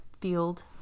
field